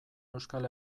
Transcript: euskal